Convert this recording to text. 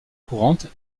courante